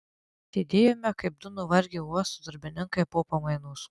sėdėjome kaip du nuvargę uosto darbininkai po pamainos